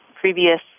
previous